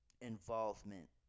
involvement